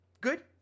Good